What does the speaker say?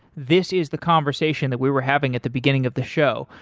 this is the conversation that we were having at the beginning of the show.